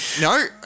No